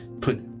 put